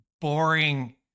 boring